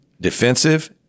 defensive